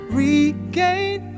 regain